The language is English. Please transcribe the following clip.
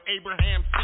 Abraham